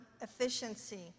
efficiency